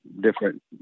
different